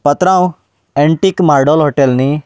पात्रांव antique Mardol hotel न्हय